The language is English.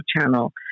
channel